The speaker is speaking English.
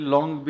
Long